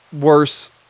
worse